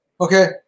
Okay